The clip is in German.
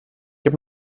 gib